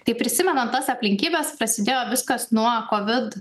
tai prisimenam tas aplinkybes prasidėjo viskas nuo kovid